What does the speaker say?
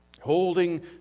holding